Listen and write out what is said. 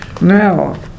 Now